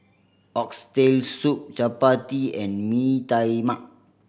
Oxtail Soup chappati and Mee Tai Mak